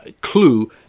clue